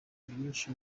byinshi